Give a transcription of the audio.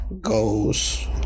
goes